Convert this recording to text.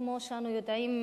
כמו שאנו יודעים,